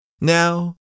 Now